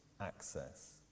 access